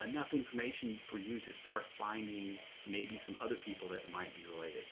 enough information for you to start finding maybe some other people that might be related.